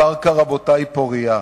הקרקע, רבותי, פורייה,